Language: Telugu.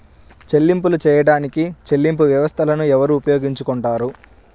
చెల్లింపులు చేయడానికి చెల్లింపు వ్యవస్థలను ఎవరు ఉపయోగించుకొంటారు?